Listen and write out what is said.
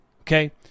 Okay